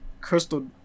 crystal